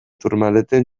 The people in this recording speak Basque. tourmaleten